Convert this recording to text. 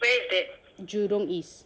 jurong east